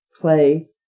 play